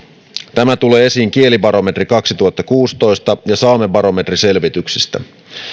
tämä tulee esiin kielibarometri kaksituhattakuusitoista ja saamebarometriselvityksistä